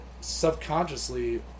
subconsciously